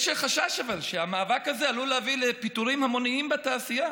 אבל יש חשש שהמאבק הזה עלול להביא לפיטורים המוניים בתעשייה.